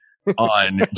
On